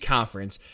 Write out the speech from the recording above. Conference